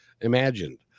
imagined